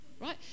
right